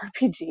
RPG